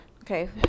Okay